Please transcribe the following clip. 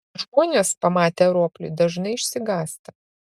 žmonės pamatę roplį dažnai išsigąsta